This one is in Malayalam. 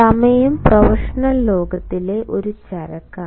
സമയം പ്രൊഫഷണൽ ലോകത്തിലെ ഒരു ചരക്കാണ്